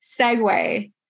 segue